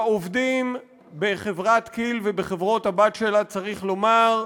לעובדים בחברת כי"ל ובחברות-הבת שלה צריך לומר: